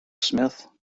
smith